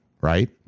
right